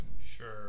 Sure